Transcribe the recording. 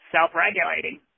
self-regulating